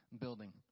building